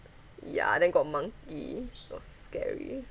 ya then got monkey so scary